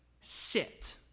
sit